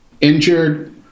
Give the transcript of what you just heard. injured